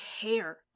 care